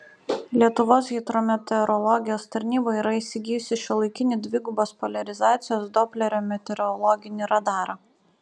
lietuvos hidrometeorologijos tarnyba yra įsigijusi šiuolaikinį dvigubos poliarizacijos doplerio meteorologinį radarą